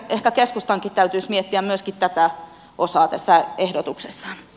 ehkä keskustankin täytyisi miettiä myöskin tätä osaa tässä ehdotuksessaan